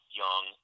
young